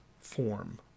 form